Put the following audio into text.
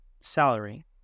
salary